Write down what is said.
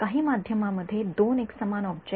विद्यार्थीः जर मी सुरु ठेवले तर वेळ पहा 0२५0